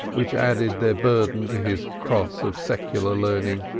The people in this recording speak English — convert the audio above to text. which added their burden to his cross of secular learning.